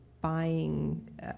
buying